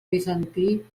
bizantí